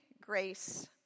grace